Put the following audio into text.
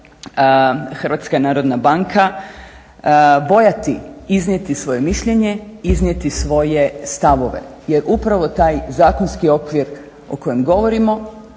treba se stoga HNB bojati iznijeti svoje mišljenje, iznijeti svoje stavove jer upravo taj zakonski okvir o kojem govorimo